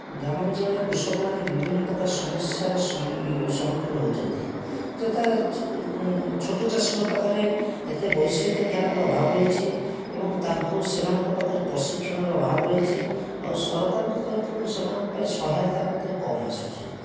ଗ୍ରାମାଞ୍ଚଳର କୃଷକମାନେ ବିଭିନ୍ନପ୍ରକାର ସମସ୍ୟାର ସମ୍ମୁଖୀନ ହଉଛନ୍ତି ଯଥା ଛୋଟଚାଷୀଙ୍କ ପାଖରେ ଏତେ ବୈଷୟିକ ଜ୍ଞାନର ଅଭାବ ରହିଛି ଏବଂ ତାଙ୍କୁ ସେମାନଙ୍କ ପାଖରେ ପ୍ରଶିକ୍ଷଣର ଅଭାବ ରହିଛି ଆଉ ସରକାରଙ୍କ ତରଫରୁ ସେମାନଙ୍କ ପାଇଁ ସହାୟତା ମଧ୍ୟ କମ୍ ଆସୁଛି